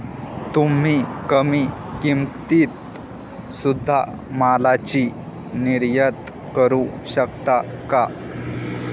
तुम्ही कमी किमतीत सुध्दा मालाची निर्यात करू शकता का